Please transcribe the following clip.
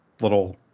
little